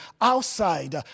outside